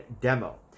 demo